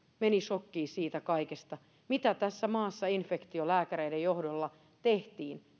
meni sokkiin siitä kaikesta mitä tässä maassa infektiolääkäreiden johdolla tehtiin